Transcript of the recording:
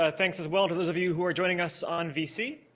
ah thanks as well to those of you who are joining us on vc.